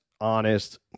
honest